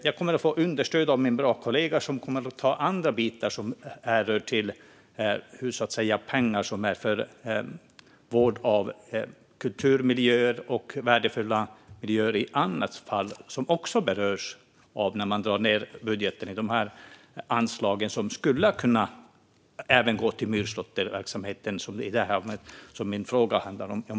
Jag kommer att få understöd av min kollega, som kommer att ta upp andra bitar som rör pengar för vård av kulturmiljöer och andra värdefulla miljöer, som också berörs när man i budgeten drar ned på dessa anslag, som även hade kunnat gå till myrslåtterverksamheten, som min fråga om Vasikkavuoma handlar om.